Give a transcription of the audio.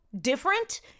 different